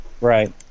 Right